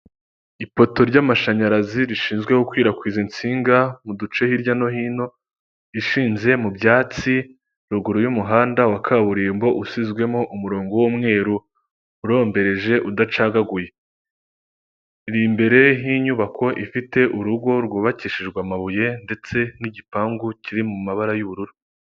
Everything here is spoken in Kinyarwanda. Ipoto ry'amashanyarazi rishinzwe gukwirakwiza insinga mu duce hirya no hino, ishinze mu byatsi ruguru y'umuhanda wa kaburimbo, usizwemo umurongo w'umweru urombereje udacagaguye; iri imbere y'inyubako ifite urugo rwubakishijwe amabuye ndetse n'igipangu kiri mu mabara y'ubururu.